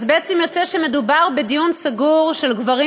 אז בעצם יוצא שמדובר בדיון סגור של גברים